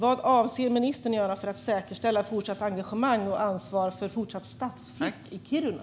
Vad avser ministern att göra för att säkerställa fortsatt engagemang och ansvar för den fortsatta stadsflytten i Kiruna?